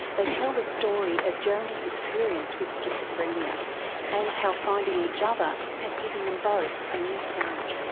they tell the story of jeremy's experience with schizophrenia and how finding each other has given them both a new start.